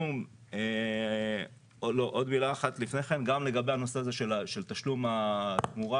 עוד מילה אחת לגבי הנושא של תשלום התמורה.